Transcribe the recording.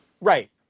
Right